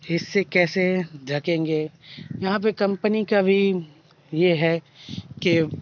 حصے کیسے ڈھکیں گے یہاں پہ کمپنی کا بھی یہ ہے کہ